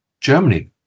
Germany